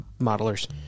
modelers